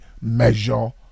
measure